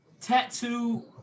tattoo